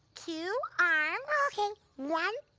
two arms. okay. one,